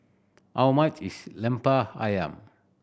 how much is Lemper Ayam